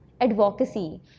advocacy